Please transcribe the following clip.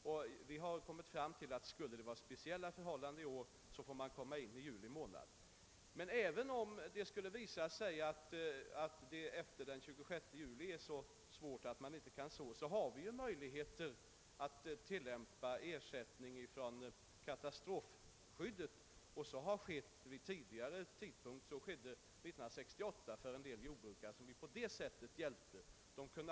Och vi har kommit fram till att skulle det vara speciella förhållanden i år, så får anmälningstiden utsträckas in i juli månad. Vidare har vi, om det skulle visa sig att förhållandena efter den 26 juni är så besvärliga att det inte går att beså viss mark, möjligheter att lämna ersättning från katastrofskyddet. Så har skett tidigare — exempelvis 1968, då vi på det sättet hjälpte en del jordbrukare.